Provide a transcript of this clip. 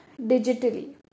digitally